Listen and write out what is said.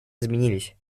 изменились